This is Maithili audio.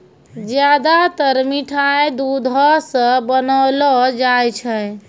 ज्यादातर मिठाय दुधो सॅ बनौलो जाय छै